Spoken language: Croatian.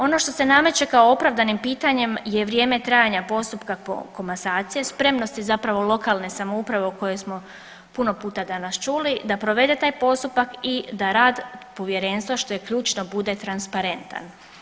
Ono što se nameće kao opravdanim pitanjem je vrijeme trajanja postupka komasacije, spremnosti zapravo lokalne samouprave o kojoj smo puno puta danas čuli da provede taj postupak i da rad povjerenstva što je ključno bude transparentan.